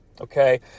okay